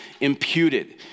imputed